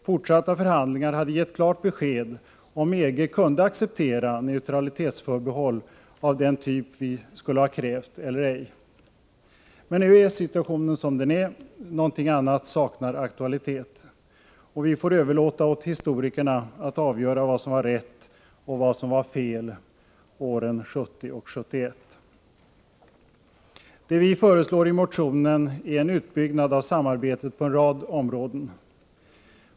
Fortsatta förhandlingar hade gett klart besked om EG kunde acceptera neutralitetsförbehåll av den typ vi skulle ha krävt, eller ej. Men nu är situationen som den är, någonting annat saknar aktualitet, och vi får överlåta åt historikerna att avgöra vad som var rätt och vad som var fel åren 1970 och 1971. Det vi föreslår i motionen är en utbyggnad av samarbetet på en rad områden.